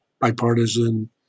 bipartisan